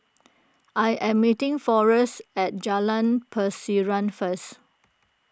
I am meeting Forest at Jalan Pasiran first